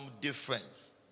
difference